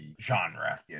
genre